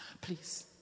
Please